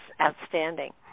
outstanding